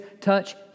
touch